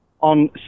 on